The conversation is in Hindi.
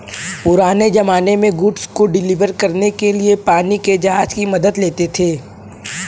पुराने ज़माने में गुड्स को डिलीवर करने के लिए पानी के जहाज की मदद लेते थे